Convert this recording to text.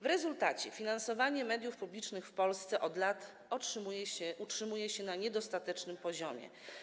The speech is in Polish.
W rezultacie finansowanie mediów publicznych w Polsce od lat utrzymuje się na niedostatecznym poziomie.